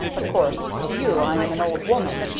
of course to you i am an old woman,